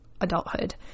adulthood